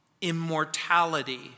immortality